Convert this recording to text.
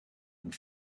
and